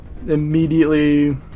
Immediately